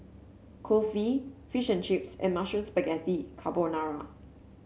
Kulfi Fish and Chips and Mushroom Spaghetti Carbonara